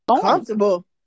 Comfortable